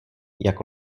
jako